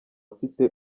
ufite